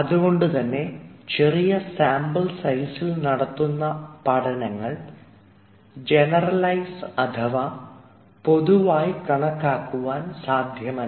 അതുകൊണ്ടുതന്നെ ചെറിയ സാമ്പിൾ സൈസിൽ നടത്തുന്ന പഠനങ്ങൾ ജനറലൈസ് അഥവാ പൊതുവായി കണക്കാക്കാൻ സാധ്യമല്ല